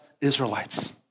Israelites